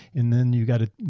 and then you got to.